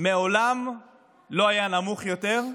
מעולם לא היה נמוך יותר.